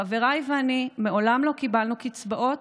חבריי ואני מעולם לא קיבלנו קצבאות,